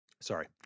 Sorry